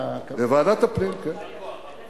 בוועדת הפנים, כן.